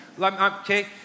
Okay